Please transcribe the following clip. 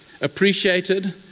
appreciated